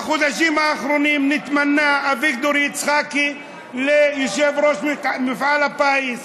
בחודשים האחרונים התמנה אביגדור יצחקי ליושב-ראש מפעל הפיס.